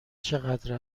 چقدر